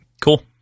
Cool